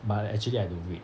but actually I don't read